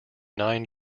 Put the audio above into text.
nine